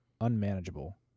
unmanageable